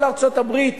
כל ארצות-הברית